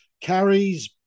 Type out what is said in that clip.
carries